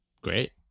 Great